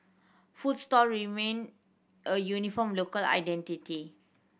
food stall remain a uniform local identity